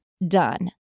Done